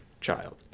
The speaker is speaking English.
child